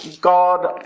God